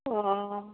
অ